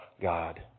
God